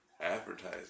advertising